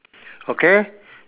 okay